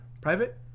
private